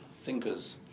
thinkers